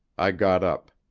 i got up.